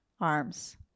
arms